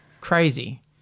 crazy